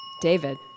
David